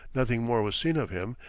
nothing more was seen of him,